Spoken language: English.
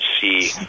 see